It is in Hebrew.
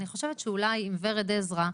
אני חושבת שאולי אם ורד עזרא,